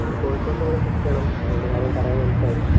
ആ കോഴിക്കോട് നിന്ന് നിങ്ങൾ പിക്ക് ചെയ്യണം അതിന്റെ കാര്യം പറയാൻ വേണ്ടിയിട്ടായിരുന്നു